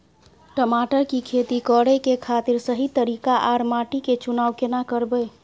टमाटर की खेती करै के खातिर सही तरीका आर माटी के चुनाव केना करबै?